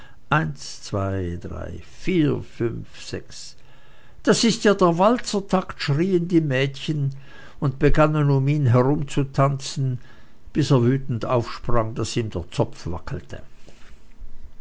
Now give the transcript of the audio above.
eins zwei drei vier fünf sechs das ist ja der walzertakt schrieen die mädchen und begannen um ihn herumzutanzen bis er wütend aufsprang daß ihm der zopf wackelte